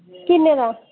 किन्ने दा ऐ